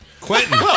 Quentin